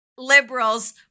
liberals